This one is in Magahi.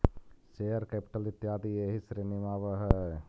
शेयर कैपिटल इत्यादि एही श्रेणी में आवऽ हई